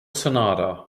sonata